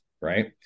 right